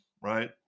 right